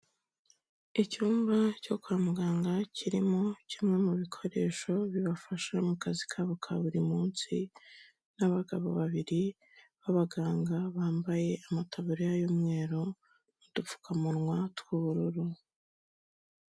Icyumba cyo kwa muganga kirimo kimwe mu bikoresho bibafasha mu kazi kabo ka buri munsi, ni abagabo babiri b'abaganga bambaye amataburiya y'umweru n'udupfukamunwa tw'ubururu.